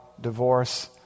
divorce